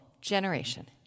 generation